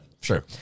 sure